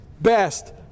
best